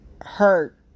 hurt